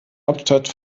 hauptstadt